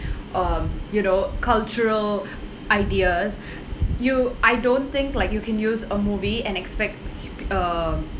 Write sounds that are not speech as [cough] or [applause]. um you know cultural ideas [breath] you I don't think like you can use a movie and expect [noise] uh